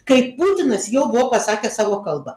kai putinas jau buvo pasakęs savo kalbą